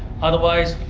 otherwise,